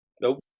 Nope